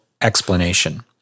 explanation